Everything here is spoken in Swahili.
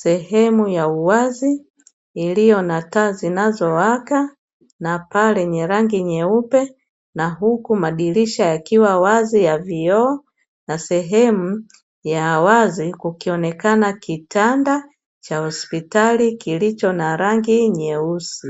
sehemu ya uwazi, iliyo na taa zinazowaka na paa lenye rangi nyeupe, na huku madirisha yakiwa wazi ya vioo na sehemu ya wazi kikionekana kitanda cha hospitali kilicho na rangi nyeusi.